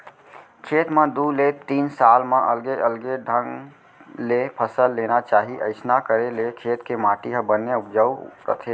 खेत म दू ले तीन साल म अलगे अलगे ढंग ले फसल लेना चाही अइसना करे ले खेत के माटी ह बने उपजाउ रथे